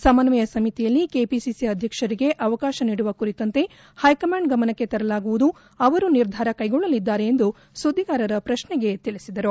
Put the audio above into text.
ಸಮನ್ವಯ ಸಮಿತಿಯಲ್ಲಿ ಕೆಪಿಸಿಸಿ ಅಧ್ಯಕ್ಷರಿಗೆ ಅವಕಾಶ ನೀಡುವ ಕುರಿತಂತೆ ಹೈಕಮಾಂಡ್ ಗಮನಕ್ಕೆ ತರಲಾಗುವುದು ಅವರು ನಿರ್ಧಾರ ಕೈಗೊಳ್ಳಲಿದ್ದಾರೆ ಎಂದು ಸುದ್ದಿಗಾರರ ಪ್ರಶ್ನೆಗೆ ಉತ್ತರಿಸಿದರು